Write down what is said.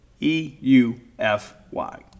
e-u-f-y